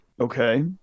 okay